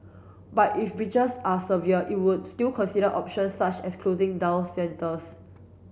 but if breaches are severe it will still consider options such as closing down centres